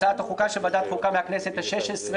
הצעת החוקה של ועדת החוקה מהכנסת ה-16,